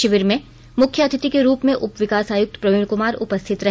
शिविर में मुख्य अतिथि के रूप में उप विकास आयुक्त प्रवीण कुमार उपस्थित रहे